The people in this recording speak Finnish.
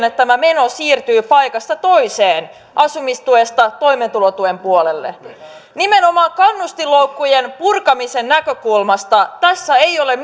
että tämä meno siirtyy paikasta toiseen asumistuesta toimeentulotuen puolelle nimenomaan kannustinloukkujen purkamisen näkökulmasta tässä ei ole